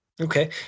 Okay